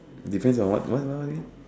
depends on what what what again